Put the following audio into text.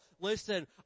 listen